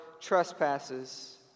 trespasses